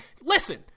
Listen